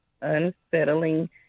unsettling